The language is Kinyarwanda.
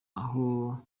aho